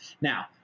Now